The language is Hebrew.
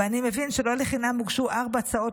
ואני מבין שלא לחינם הוגשו ארבע הצעות